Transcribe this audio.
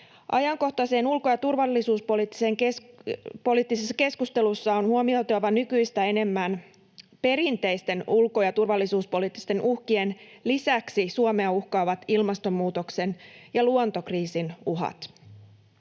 Ajankohtaisessa ulko- ja turvallisuuspoliittisessa keskustelussa on huomioitava nykyistä enemmän perinteisten ulko- ja turvallisuuspoliittisten uhkien lisäksi Suomea uhkaavat ilmastonmuutoksen ja luontokriisin uhat.